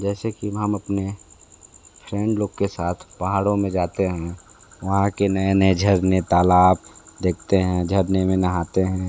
जैसे कि हम अपने फ्रेंड लोग के साथ पहाड़ों में जाते हैं वहाँ के नए नए झरने तालाब देखते हैं झरने में नहाते हैं